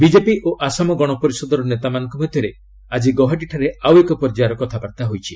BJP ଓ ଆସାମ ଗଣପରିଷଦର ନେତାମାନଙ୍କ ମଧ୍ୟରେ ଆଜି ଗୌହାଟୀଠାରେ ଆଉ ଏକ ପର୍ଯ୍ୟାୟରେ କଥାବାର୍ତ୍ତା ହୋଇଛି